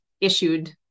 issued